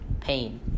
pain